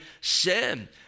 sin